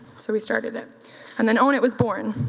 so we started it and then own it was born.